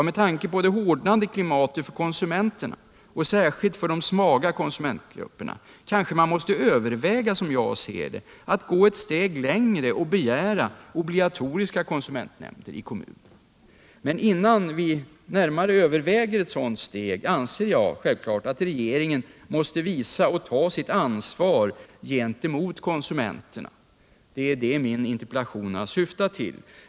Med tanke på det hårdnande klimatet för konsumenterna och särskilt för de svaga konsumentgrupperna kanske man t.o.m. måste överväga att gå ett steg längre och begära obligatoriska konsumentnämnder i kommunerna. Men innan vi närmare överväger ett sådant steg anser jag självfallet att regeringen måste visa och ta sitt ansvar gentemot konsumenterna; det är detta min interpellation har syftat till.